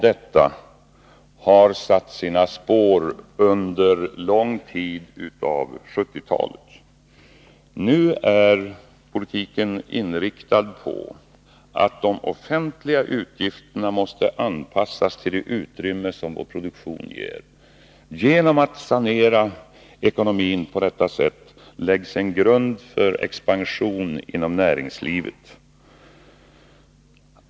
Detta har satt sina spår på utvecklingen under en stor del av 1970-talet. Nu är politiken inriktad på att de offentliga utgifterna skall anpassas till det utrymme som vår produktion ger. Genom att på detta sätt sanera ekonomin lägger vi en grund för en expansion inom näringslivet.